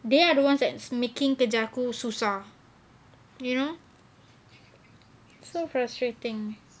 they are the ones that making kerja aku susah you know so frustrating